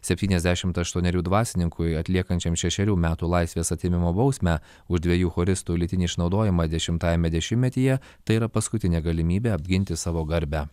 septyniasdešimt aštuonererių dvasininkui atliekančiam šešerių metų laisvės atėmimo bausmę už dviejų choristų lytinį išnaudojimą dešimtajame dešimtmetyje tai yra paskutinė galimybė apginti savo garbę